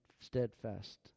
steadfast